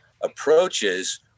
approaches